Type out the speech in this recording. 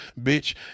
Bitch